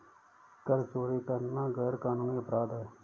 कर चोरी करना गैरकानूनी अपराध है